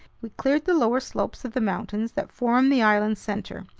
we cleared the lower slopes of the mountains that form the island's center,